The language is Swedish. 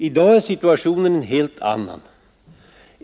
I dag är situationen en helt annan.